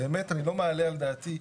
באמת, אני לא מעלה על דעתי.